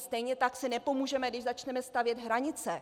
Stejně tak si nepomůžeme, když začneme stavět hranice.